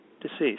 deceased